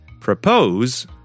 Propose